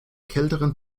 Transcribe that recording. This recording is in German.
kälteren